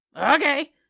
Okay